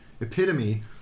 epitome